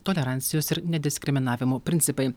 tolerancijos ir nediskriminavimo principai